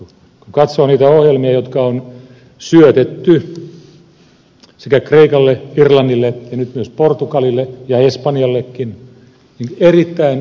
kun katsoo niitä ohjelmia jotka on syötetty sekä kreikalle irlannille että nyt myös portugalille ja espanjallekin niin se on ollut erittäin raakaa politiikkaa